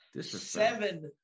Seven